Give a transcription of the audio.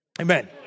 Amen